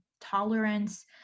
tolerance